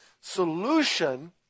solution